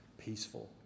peaceful